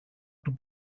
του